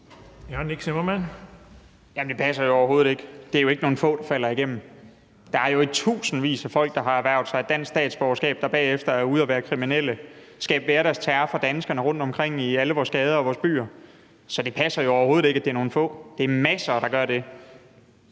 Det passer overhovedet ikke. Det er jo ikke nogle få, der falder igennem. Der er jo i tusindvis af folk, der har erhvervet sig dansk statsborgerskab, der bagefter er ude at være kriminelle, skabe hverdagsterror for danskerne rundtomkring i alle vores gader og vores byer. Så det passer jo overhovedet ikke, at det er nogle få. Der er masser, der gør det.